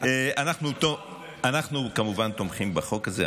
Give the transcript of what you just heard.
אנחנו כמובן תומכים בחוק הזה.